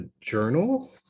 journal